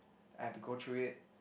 I have to go through it